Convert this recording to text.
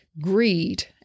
greed